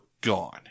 gone